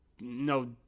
No